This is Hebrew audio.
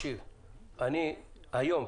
היום,